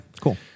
Cool